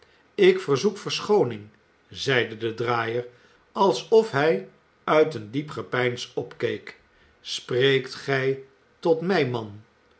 ik verzoek verschooning zeide de draaier alsof hij uit een diep gepeins opkeek spreekt gij tot mij man